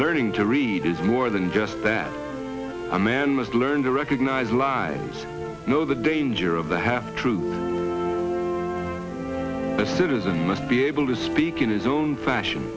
learning to read is more than just that a man must learn to recognize lives know the danger of the half truth the citizen must be able to speak in his own fashion